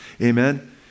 amen